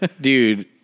dude